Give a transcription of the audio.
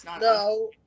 No